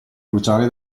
cruciale